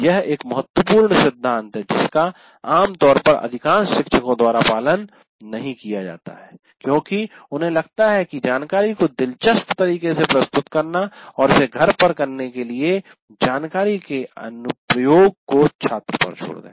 यह एक महत्वपूर्ण सिद्धांत है जिसका आमतौर पर अधिकांश शिक्षकों द्वारा पालन नहीं किया जाता है क्योंकि उन्हें लगता है कि जानकारी को दिलचस्प तरीके से प्रस्तुत करना और इसे घर पर करने के लिए जानकारी के अनुप्रयोग को छात्र पर छोड़ दें